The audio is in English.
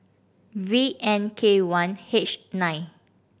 V N K one H nine